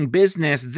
business